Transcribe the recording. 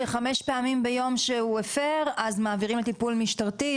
שחמש פעמים ביום שהוא הפר אז מעבירים לטיפול משטרתי.